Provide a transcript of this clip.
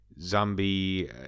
zombie